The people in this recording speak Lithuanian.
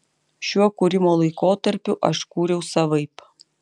šiuo kūrimo laikotarpiu aš kūriau savaip